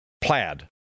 plaid